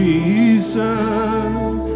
Jesus